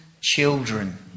children